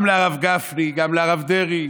גם לרב גפני, גם לרב דרעי,